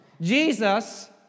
Jesus